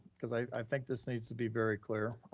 cause i think this needs to be very clear.